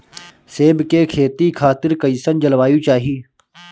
सेब के खेती खातिर कइसन जलवायु चाही?